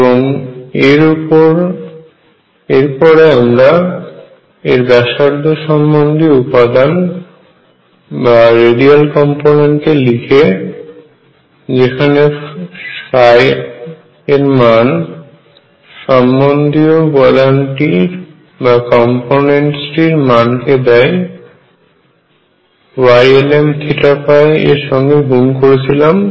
এবং এরপরে আমরা এর ব্যাসার্ধ সম্বন্ধীয় উপাদানটি কে লিখে যেখানে ব্যাসার্ধ সম্বন্ধীয় উপাদানটির মানকে দেয় Ylmθϕ এর সঙ্গে গুণ করেছিলাম